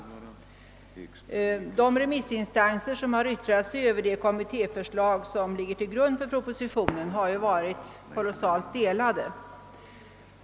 Meningarna bland de remissinstanser som har yttrat sig över det kommittéförslag som ligger till grund för propositionen har varit mycket delade.